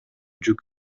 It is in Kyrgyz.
жүк